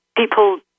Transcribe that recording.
people